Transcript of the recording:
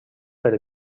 per